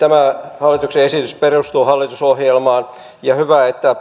tämä hallituksen esitys perustuu hallitusohjelmaan ja hyvä että